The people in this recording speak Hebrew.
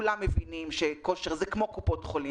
וכולם מבינים שכושר זה כמו קופות חולים